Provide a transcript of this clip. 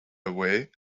away